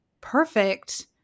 perfect